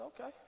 okay